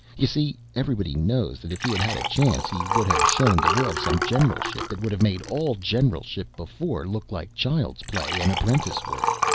you see, everybody knows that if he had had a chance he would have shown the world some generalship that would have made all generalship before look like child's play and prentice work.